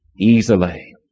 easily